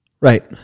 Right